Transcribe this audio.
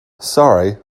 sorry